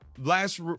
Last